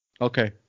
Okay